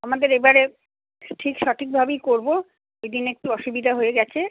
আমাদের এবারে ঠিক সঠিকভাবেই করব সেদিন একটু অসুবিধা হয়ে গিয়েছে